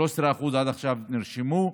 13% עד עכשיו נרשמו.